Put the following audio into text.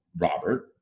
Robert